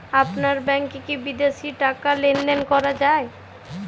আপনার ব্যাংকে কী বিদেশিও টাকা লেনদেন করা যায়?